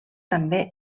també